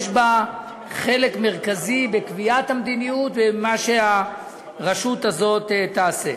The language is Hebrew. ויש לה חלק מרכזי בקביעת המדיניות ובמה שהרשות הזאת תעשה.